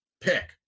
Pick